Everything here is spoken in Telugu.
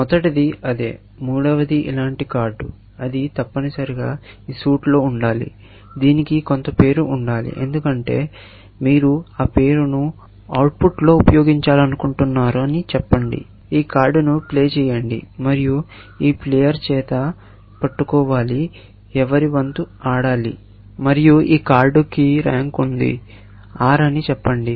మొదటిది అదే మూడవది ఇలాంటి కార్డు ఇది తప్పనిసరిగా ఈ సూట్లో ఉండాలి దీనికి కొంత పేరు ఉండాలి ఎందుకంటే మీరు ఆ పేరును అవుట్పుట్లో ఉపయోగించాలనుకుంటున్నారు చెప్పండి ఈ కార్డును ప్లే చేయండి మరియు ఈ ప్లేయర్ చేత పట్టుకోవాలి ఎవరి వంతు ఆడాలి మరియు ఈ కార్డు కు ర్యాంక్ ఉంది ఆర్ అని చెప్పండి